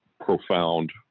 profound